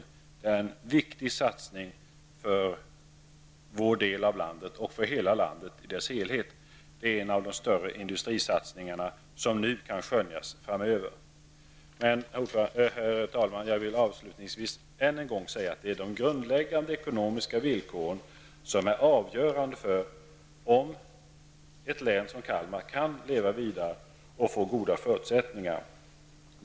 Det är en viktig satsning för vår del av landet och för landet i dess helhet. Det är en av de större industrisatsningar som kan skönjas framöver. Herr talman! Jag vill avslutningsvis än en gång säga att det är de grundläggande ekonomiska villkoren som är avgörande för om ett län som Kalmar län skall kunna leva vidare och få goda förutsättningar.